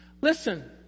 listen